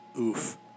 Oof